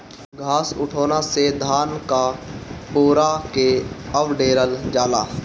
घास उठौना से धान क पुअरा के अवडेरल जाला